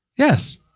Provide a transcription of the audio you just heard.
Yes